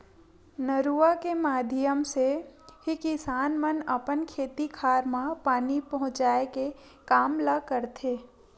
नरूवा के माधियम ले ही किसान मन अपन खेत खार म पानी पहुँचाय के काम ल करथे